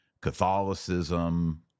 Catholicism